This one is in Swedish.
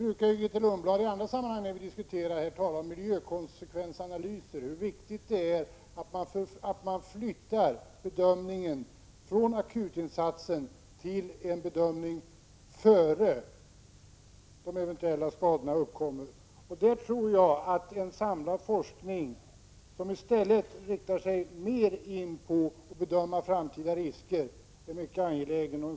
Grethe Lundblad brukar i andra sammanhang betona miljökonsekvensanalyser, att det är viktigt att man övergår från att göra akutinsatser till att bedöma vilka eventuella skador som kan uppkomma. En samlad forskning som mera riktar sig in på att bedöma framtida risker är mycket angelägen.